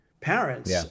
parents